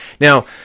Now